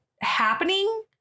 happening